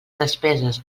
despeses